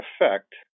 effect